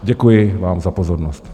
Děkuji vám za pozornost.